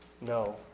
No